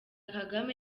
kagame